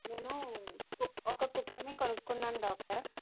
నేనూ ఒక కుక్కని కొనుక్కున్నాను డాక్టర్